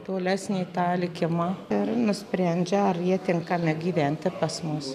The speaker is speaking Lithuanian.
tolesnį tą likimą ir nusprendžia ar jie tinkami gyventi pas mus